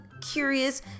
curious